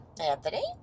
Anthony